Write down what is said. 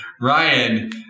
Ryan